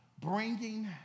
Bringing